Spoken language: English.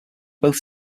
both